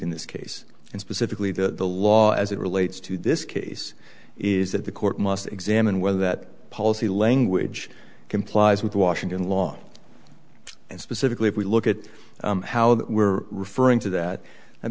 in this case and specifically that the law as it relates to this case is that the court must examine whether that policy language complies with washington law and specifically if we look at how that we're referring to that